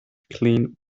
clean